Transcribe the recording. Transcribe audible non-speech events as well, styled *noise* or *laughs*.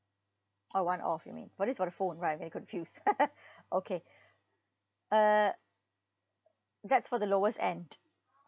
oh one off you mean but it's for the phone right I'm very confused *laughs* okay err that's for the lowest end